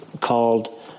called